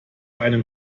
einem